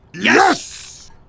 Yes